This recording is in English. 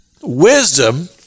Wisdom